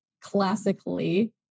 classically